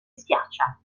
schiaccia